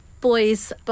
boys